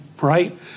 right